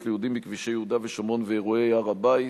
ליהודים בכבישי יהודה ושומרון ואירועי הר-הבית,